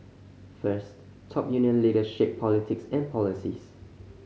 first top union leaders shape politics and policies